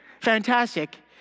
fantastic